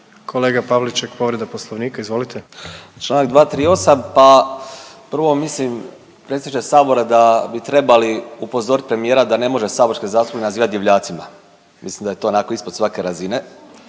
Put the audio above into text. **Pavliček, Marijan (Hrvatski suverenisti)** Članak 238. Pa prvo mislim predsjedniče Sabora da bi trebali upozoriti premijera da ne može saborske zastupnike nazivati divljacima. Mislim da je to onako ispod svake razine,